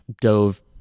dove